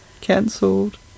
Cancelled